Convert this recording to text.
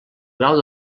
grau